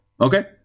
okay